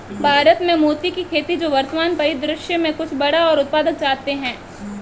भारत में मोती की खेती जो वर्तमान परिदृश्य में कुछ बड़ा और उत्पादक चाहते हैं